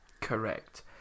Correct